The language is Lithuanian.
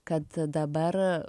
kad dabar